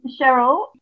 Cheryl